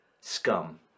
Scum